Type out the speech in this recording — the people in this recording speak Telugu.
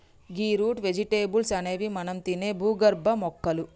గీ రూట్ వెజిటేబుల్స్ అనేవి మనం తినే భూగర్భ మొక్కలు